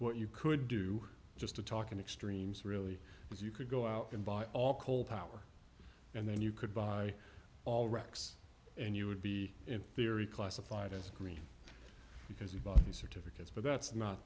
what you could do just to talk in extremes really was you could go out and buy all coal power and then you could buy all racks and you would be in theory classified as green because you bought the certificates but that's not